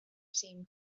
seem